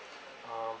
um